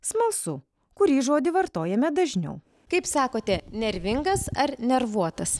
smalsu kurį žodį vartojame dažniau kaip sakote nervingas ar nervuotas